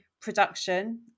production